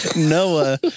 Noah